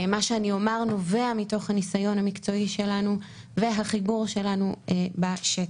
מה שאני אומר נובע מתוך הניסיון המקצועי שלנו והחיבור שלנו בשטח.